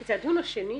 זה הדיון השני,